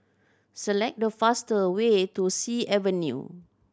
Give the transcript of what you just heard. select the faster way to Sea Avenue